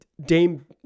Dame